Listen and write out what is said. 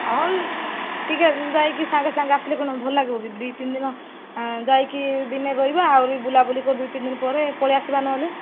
ହଁ ଟିକେ ଯାଇକି ସାଙ୍ଗେ ସାଙ୍ଗେ ଆସିଲେ କ'ଣ ଭଲ ଲାଗିବ କି ଦୁଇ ତିନି ଦିନ ଯାଇକି ଦିନେ ରହିବ ଆହୁରି ବୁଲାବୁଲି କରିକି ଦୁଇ ତିନି ଦିନ ପରେ ପଳେଇ ଆସିବା ନହେଲେ